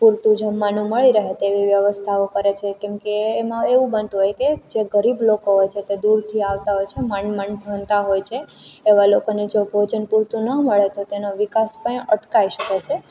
પૂરતું જમવાનું મળી રહે તેવી વ્યવસ્થાઓ કરે છે કેમકે એમાં એવું બનતું હોય કે જે ગરીબ લોકો હોય છે તે દૂરથી આવતા હોય છે માંડ માંડ ભણતા હોય છે એવા લોકોને જો ભોજન પૂરતું ન મળે તો તેનો વિકાસ પણ અટકાઈ શકે છે